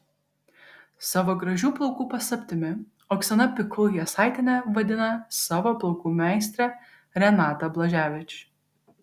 savo gražių plaukų paslaptimi oksana pikul jasaitienė vadina savo plaukų meistrę renatą blaževič